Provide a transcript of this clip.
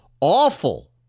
awful